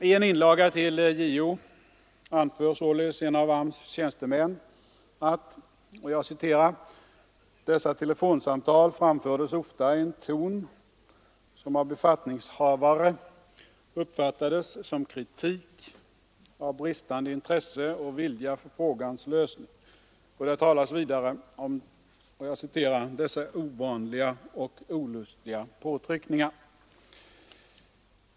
I en inlaga till JO anför sålunda en av AMS:s tjänstemän: ”Dessa telefonsamtal framfördes ofta i en ton som av befattningshavaren uppfattades som kritik av bristande intresse och vilja för frågans lösning.” Där talas vidare om ”dessa ovanliga och olustiga påtryckningar”.